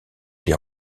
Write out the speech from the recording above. les